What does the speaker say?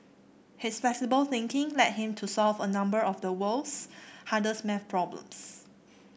his flexible thinking led him to solve a number of the world's hardest maths problems